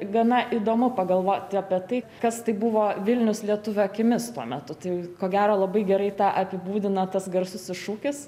gana įdomu pagalvoti apie tai kas tai buvo vilnius lietuvių akimis tuo metu tai ko gero labai gerai tą apibūdina tas garsusis šūkis